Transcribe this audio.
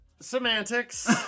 Semantics